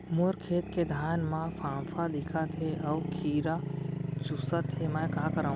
मोर खेत के धान मा फ़ांफां दिखत हे अऊ कीरा चुसत हे मैं का करंव?